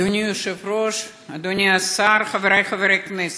אדוני היושב-ראש, אדוני השר, חברי חברי הכנסת,